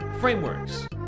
frameworks